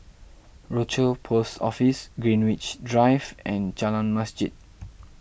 Rochor Post Office Greenwich Drive and Jalan Masjid